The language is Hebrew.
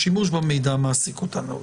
כי כרגע השימוש במידע מעסיק אותנו.